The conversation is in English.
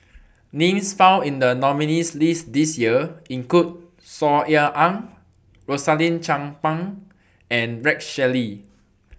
Names found in The nominees' list This Year include Saw Ean Ang Rosaline Chan Pang and Rex Shelley